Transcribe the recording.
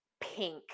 pink